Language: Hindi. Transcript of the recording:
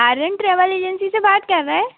आर्यन ट्रेवेल एजेंसी से बात कर रहे हैं